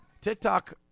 TikTok